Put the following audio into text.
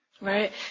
Right